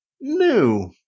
new